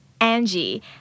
Angie